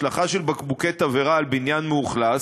השלכה של בקבוקי תבערה על בניין מאוכלס,